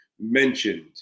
mentioned